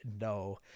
No